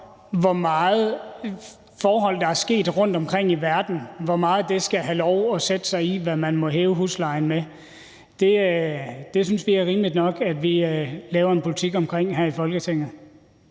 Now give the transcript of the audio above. hvor meget nogle forhold, der er ændret rundtomkring i verden, skal have lov til at sætte sig i, hvad man må hæve huslejen med. Det synes vi er rimeligt nok at vi laver en politik omkring her i Folketinget.